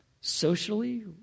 socially